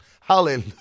Hallelujah